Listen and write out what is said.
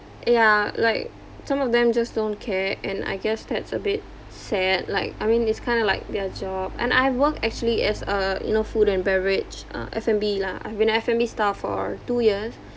ya like some of them just don't care and I guess that's a bit sad like I mean it's kind of like their job and I have worked actually as a you know food and beverage uh F and B lah I've been F and B staff for two years